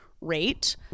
rate